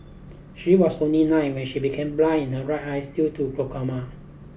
she was only nine when she became blind in her right eyes due to glaucoma